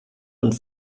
und